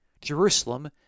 Jerusalem